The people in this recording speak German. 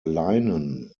leinen